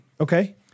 Okay